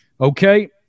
Okay